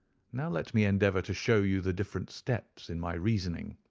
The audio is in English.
now let me endeavour to show you the different steps in my reasoning.